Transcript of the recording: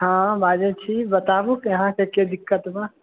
हाँ बाजै छी बताबू छी अहाँकेँ के दिक्कत बा